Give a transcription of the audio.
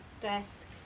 desk